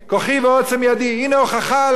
הנה הוכחה לשיטת הקפיטליזם שלי,